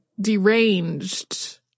deranged